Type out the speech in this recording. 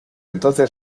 entonces